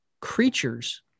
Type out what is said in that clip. creatures